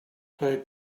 play